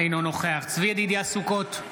אינו נוכח צבי ידידיה סוכות,